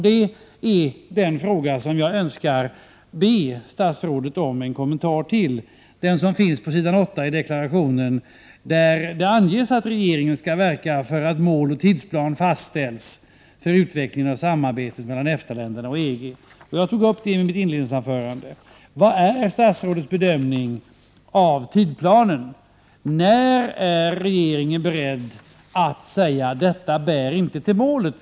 Detta vill jag be statsrådet kommentera. Frågan återfinns på s. 8 i deklarationen, där det anges att regeringen skall verka för att mål och tidsplan fastställs för utveckling av samarbetet mellan EFTA-länderna och EG. Jag tog upp detta i mitt inledningsanförande. Vilken är statsrådets bedömning av tidsplanen? När är regeringen beredd att säga att detta inte bär till målet?